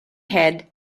head